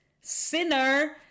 sinner